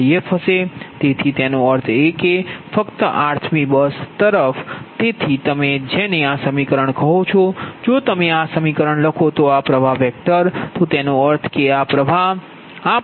તેથી તેનો અર્થ એ છે કે ફક્ત rth મી બસ પર તેથી તમે જેને આ સમીકરણ કહો છો જો તમે આ સમીકરણ લખો તો આ પ્ર્વાહ વેક્ટર તો તેનો અર્થ છે કે આ પ્રવાહ